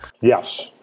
Yes